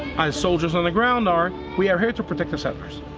as soldiers on the ground are, we are here to protect the settlers.